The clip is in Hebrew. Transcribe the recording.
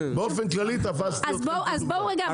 באופן כללי תפסתי אותכם כדוגמה.